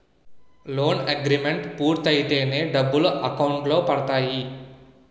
loan agreement పూర్తయితేనే డబ్బులు account లో పడతాయి